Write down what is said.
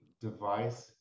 device